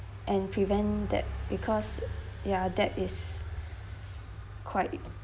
and prevent that because ya that is quite